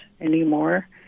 anymore